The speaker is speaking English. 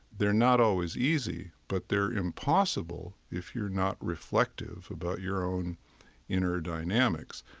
they're not always easy, but they're impossible if you're not reflective about your own inner dynamics.